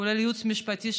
כולל ייעוץ משפטי,